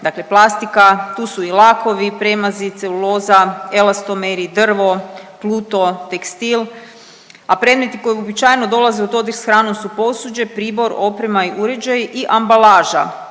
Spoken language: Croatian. dakle plastika, tu su i lakovi, premazi, celuloza, elastomeri, drvo, pluto, tekstil. A predmeti koji uobičajeno dolaze u dodir s hranom su posuđe, pribor, oprema i uređaji i ambalaža